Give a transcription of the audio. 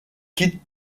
quittent